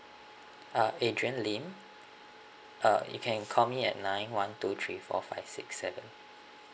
uh A D R I A N L I M uh you can call me at nine one two three four five six seven